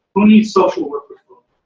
who needs social workers most?